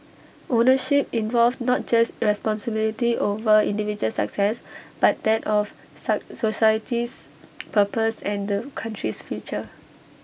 ownership involved not just responsibility over individual success but that of society's purpose and the country's future